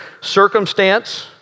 circumstance